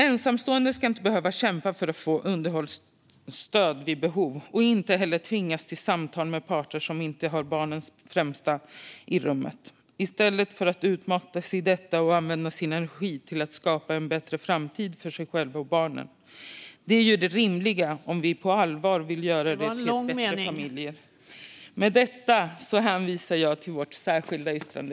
Ensamstående ska inte behöva kämpa för att få underhållsstöd vid behov och inte heller tvingas till samtal med parter som inte sätter barnen i främsta rummet. I stället för att utmattas av detta ska de få använda sin energi till att skapa en bättre framtid för sig själva och barnen. Det är ju det rimliga om vi på allvar vill göra det bättre för familjer. Med detta hänvisar jag till vårt särskilda yttrande.